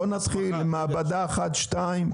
בוא נתחיל עם מעבדה אחת שתיים.